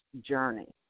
Journey